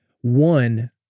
One